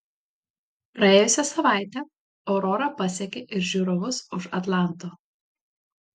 praėjusią savaitę aurora pasiekė ir žiūrovus už atlanto